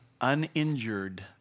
uninjured